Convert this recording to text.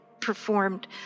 performed